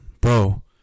bro